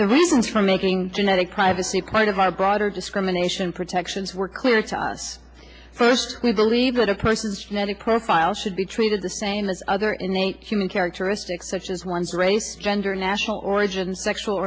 the reasons for making genetic privacy part of our broader discrimination protections were clear to us first we believe that a person's genetic profile should be treated the same as other innate human characteristics such as one's rank gender national origin sexual